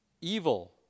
evil